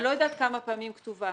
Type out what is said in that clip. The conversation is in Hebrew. אני לא יודעת כמה פעמים היא כתובה,